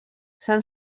s’han